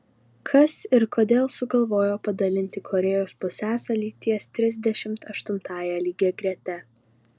kas ir kodėl sugalvojo padalinti korėjos pusiasalį ties trisdešimt aštuntąja lygiagrete